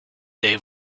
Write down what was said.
they